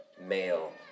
male